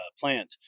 plant